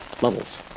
levels